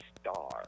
star